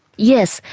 yes.